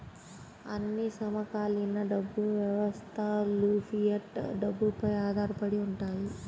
అన్ని సమకాలీన డబ్బు వ్యవస్థలుఫియట్ డబ్బుపై ఆధారపడి ఉంటాయి